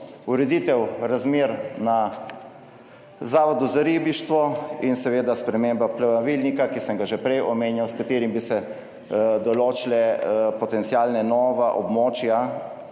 Ureditev razmer na Zavodu za ribištvo in seveda sprememba pravilnika, ki sem ga že prej omenjal, s katerim bi se določile potencialna nova območja,